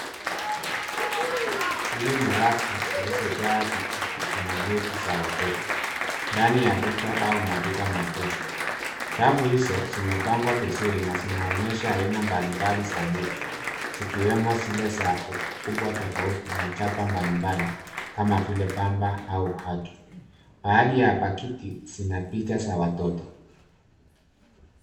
Hili ni rafu zilizojaa pikiti na nepi za watoto, ndani ya duka au maduka makuu. Rafu hizo zimepangwa vizuri na zinaonyesha aina mbalimbali za nepi, zikiwemo zile za ukubwa tofauti na chapa mbalimbali kama vile pamper au haki. Baadhi ya pakiti zina picha za watoto.